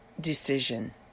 decision